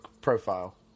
profile